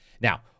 Now